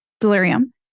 delirium